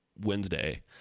Wednesday